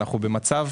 אנחנו במצב